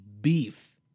beef